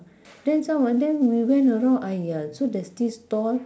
then some of them we went around !aiya! so there's this stall